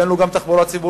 ואין לו גם תחבורה ציבורית,